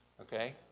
Okay